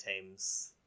teams